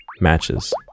matches